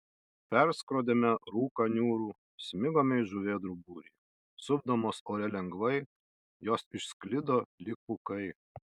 perskrodėme rūką niūrų smigome į žuvėdrų būrį supdamos ore lengvai jos išsklido lyg pūkai